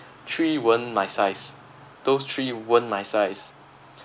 three weren't my size those three weren't my size